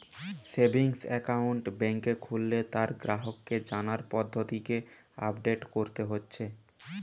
savings account বেংকে খুললে তার গ্রাহককে জানার পদ্ধতিকে আপডেট কোরতে হচ্ছে